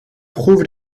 prouvent